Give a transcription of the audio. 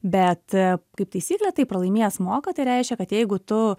bet kaip taisyklė tai pralaimėjęs moka tai reiškia kad jeigu tu